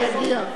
אני אגיע.